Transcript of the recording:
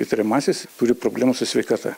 įtariamasis turi problemų su sveikata